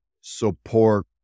support